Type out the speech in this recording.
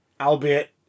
albeit